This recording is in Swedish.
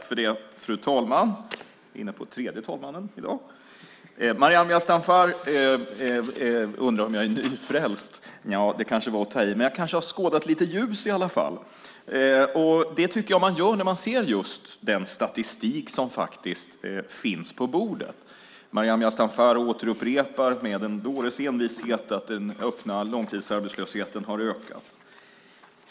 Fru talman! Maryam Yazdanfar undrar om jag är nyfrälst. Det var nog att ta i. Men jag kanske har skådat lite ljus, i alla fall. Det tycker jag att man gör när man ser den statistik som finns på bordet. Maryam Yazdanfar återupprepar med en dåres envishet att den öppna långtidsarbetslösheten har ökat.